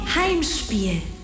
Heimspiel